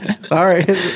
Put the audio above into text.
Sorry